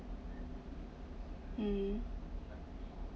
um